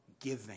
giving